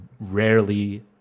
rarely